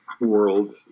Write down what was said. world